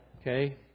Okay